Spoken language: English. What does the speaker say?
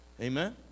Amen